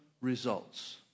results